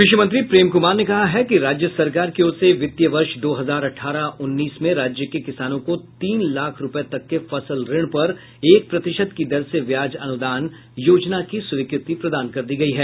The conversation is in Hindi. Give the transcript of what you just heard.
कृषि मंत्री प्रेम कुमार ने कहा है कि राज्य सरकार की ओर से वित्तीय वर्ष दो हजार अठारह उन्नीस में राज्य के किसानों को तीन लाख रूपये तक के फसल ऋण पर एक प्रतिशत की दर से ब्याज अनुदान योजना की स्वीकृति प्रदान की गई है